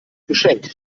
geschenk